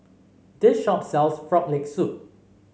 this shop sells Frog Leg Soup